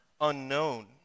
Unknown